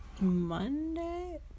Monday